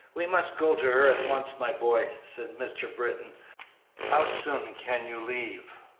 we must go to her at once, my boy, said mr. britton how soon can you leave?